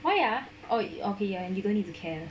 why ah oh okay ya and you don't need to care